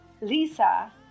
Lisa